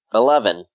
eleven